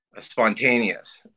spontaneous